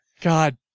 God